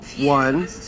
One